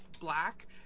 black